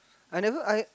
I never I